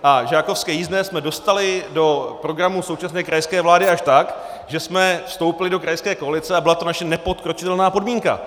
A žákovské jízdné jsme dostali do programu současné krajské vlády až tak, že jsme vstoupili do krajské koalice a byla to naše nepodkročitelná podmínka.